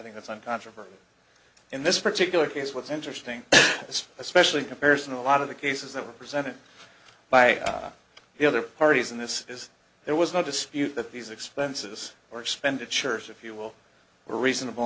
think that's uncontroversial in this particular case what's interesting is especially in comparison a lot of the cases that were presented by the other parties in this is there was no dispute that these expenses or expenditures if you will were reasonable